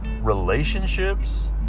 relationships